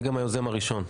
אני גם היוזם הראשון.